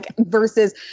versus